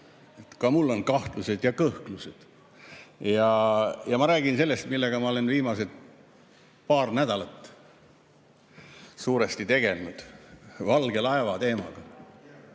Ka mul on kahtlused ja kõhklused. Ma räägin sellest, millega ma olen viimased paar nädalat suuresti tegelenud, valge laeva teemast.